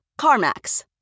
CarMax